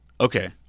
okay